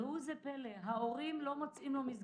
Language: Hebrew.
ראו זה פלא: ההורים לא מוצאים לו מסגרת.